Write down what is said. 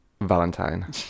Valentine